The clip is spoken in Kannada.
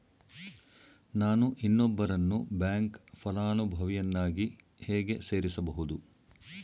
ನಾನು ಇನ್ನೊಬ್ಬರನ್ನು ಬ್ಯಾಂಕ್ ಫಲಾನುಭವಿಯನ್ನಾಗಿ ಹೇಗೆ ಸೇರಿಸಬಹುದು?